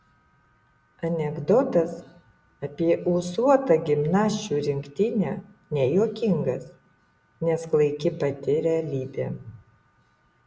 anekdotas apie ūsuotą gimnasčių rinktinę nejuokingas nes klaiki pati realybė